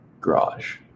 garage